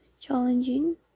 Challenging